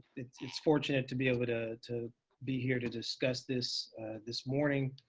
it's fortunate to be able to to be here to discuss this this morning.